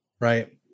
Right